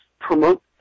promote